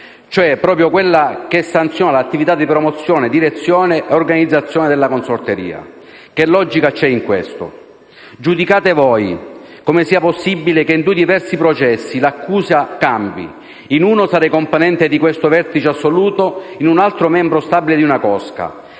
cioè proprio quella che sanziona l'attività di promozione, direzione e organizzazione della consorteria. Che logica c'è in questo? Giudicate voi come sia possibile che in due diversi processi l'accusa cambi: in uno sarei componente di questo vertice assoluto, in un altro membro stabile di una cosca,